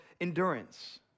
Endurance